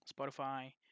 Spotify